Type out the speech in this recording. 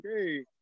Okay